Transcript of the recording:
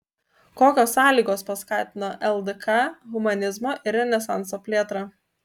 kokios sąlygos paskatino ldk humanizmo ir renesanso plėtrą